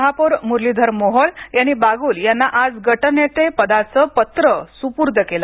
महापौर मुरलीधर मोहोळ यांनी बाग्ल यांना आज गटनेते पदाचं पत्र स्पूर्द केलं